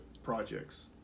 Projects